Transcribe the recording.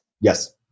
Yes